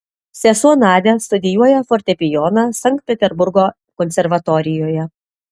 sesuo nadia studijuoja fortepijoną sankt peterburgo konservatorijoje